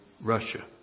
Russia